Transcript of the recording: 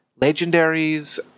legendaries